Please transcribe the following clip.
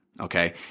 Okay